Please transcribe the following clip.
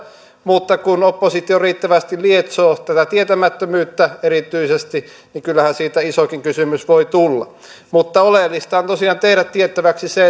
mutta kun oppositio riittävästi lietsoo tätä tietämättömyyttä erityisesti niin kyllähän siitä isokin kysymys voi tulla mutta oleellista on tosiaan tehdä tiettäväksi se